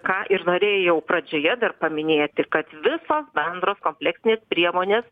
ką ir norėjau pradžioje dar paminėti kad visos bendros kompleksinės priemonės